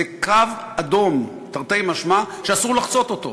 זה קו אדום, תרתי משמע, שאסור לחצות אותו.